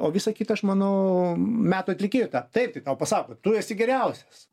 o visa kita aš manau metų atlikėjo taip tai tau pasako tu esi geriausias